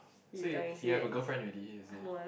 so he he have a girlfriend already is it